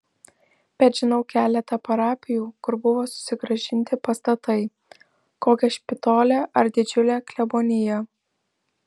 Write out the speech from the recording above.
bet žinau keletą parapijų kur buvo susigrąžinti pastatai kokia špitolė ar didžiulė klebonija